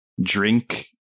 drink